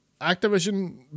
Activision